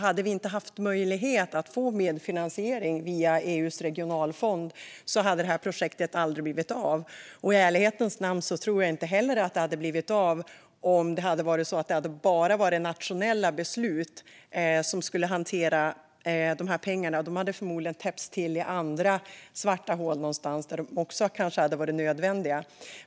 Hade vi inte haft möjlighet att få medfinansiering via EU:s regionalfond hade projektet aldrig blivit av. Och i ärlighetens namn tror jag inte heller att det hade blivit av om pengarna hade hanterats bara genom nationella beslut. De hade förmodligen stoppats in i andra svarta hål någonstans, där de kanske också hade varit nödvändiga.